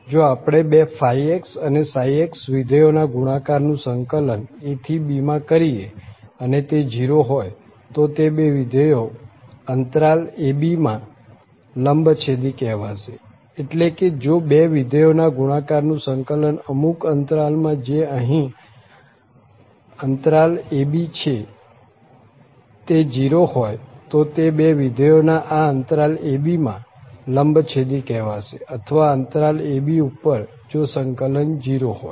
જો આપણે બે ϕ અને ψ વિધેયો ના ગુણાકાર નું સંકલન a થી b માં કરીએ અને તે 0 હોય તો તે બે વિધેયો અંતરાલ a b માં લંબછેદી કહેવાશે એટલે કે જો બે વિધેયો ના ગુણાકાર નું સંકલન અમુક અંતરાલ માં જે અહિયાં a b છે તે 0 હોય તો તે બે વિધેયો આ અંતરાલ a b માં લંબછેદી કહેવાશે અથવા અંતરાલ a b ઉપર જો સંકલન 0 હોય